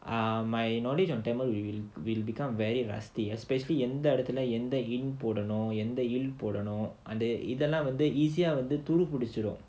um my knowledge on tamil will will will become very rusty especially எந்த இடத்துல வந்து இந்த போடனும் அதெல்லாம் வந்து சீக்கிரம் துருபிடிச்சிடும்:endha idathula vandhu indha podanum adhellaam vandhu seekkiram thurupidichidum